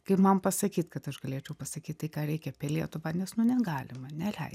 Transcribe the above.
kaip man pasakyt kad aš galėčiau pasakyt tai ką reikia apie lietuvą nes nu negalima neleidžia